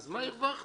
אז מה הרווחנו?